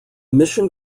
mission